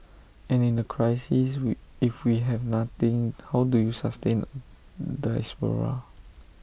and in A crisis we if we have nothing how do you sustain A diaspora